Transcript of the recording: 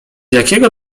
jakiego